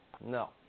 no